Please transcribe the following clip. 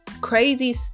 crazy